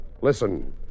Listen